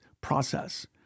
process